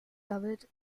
covered